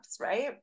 right